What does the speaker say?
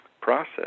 process